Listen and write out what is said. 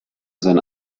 sein